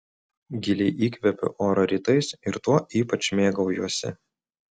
giliai įkvepiu oro rytais ir tuo ypač mėgaujuosi